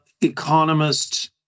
economist